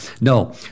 No